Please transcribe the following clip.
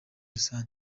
rusange